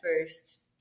first